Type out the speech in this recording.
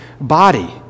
body